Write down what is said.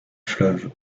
fleuve